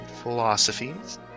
philosophies